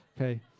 okay